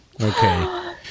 okay